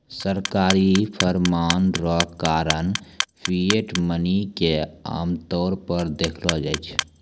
सरकारी फरमान रो कारण फिएट मनी के आमतौर पर देखलो जाय छै